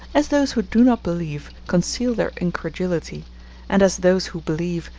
as those who do not believe, conceal their incredulity and as those who believe,